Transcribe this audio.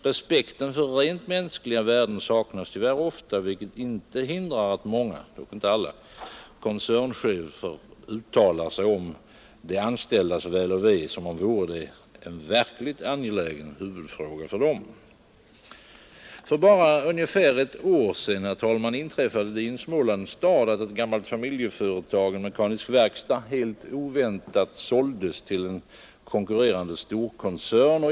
Respekten för rent mänskliga värden saknas tyvärr ofta, vilket inte hindrar att många — inte alla — koncernchefer uttalar sig som om de anställdas väl och ve vore en verkligt angelägen huvudfråga för dem. För bara ungefär ett år sedan, herr talman, inträffade det i en Smålandsstad att ett gammalt familjeföretag, en mekanisk verkstad, helt oväntat såldes till en konkurrerande stor koncern.